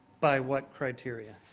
by what criteria?